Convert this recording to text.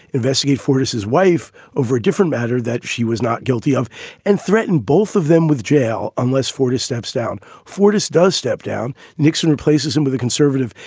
investigate fortas, his wife, over a different matter that she was not guilty of and threatened both of them with jail. unless fortas steps down, fortas does step down. nixon replaces him with a conservative.